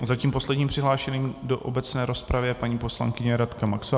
A zatím posledním přihlášeným do obecné rozpravy je paní poslankyně Radka Maxová...